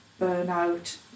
burnout